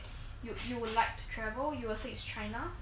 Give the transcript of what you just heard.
you you would like to travel you will say its china